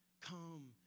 come